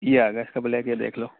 یہ آ گئے اس کا بلیک یہ دیکھ لو